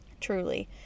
Truly